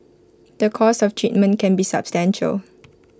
the cost of treatment can be substantial